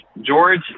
George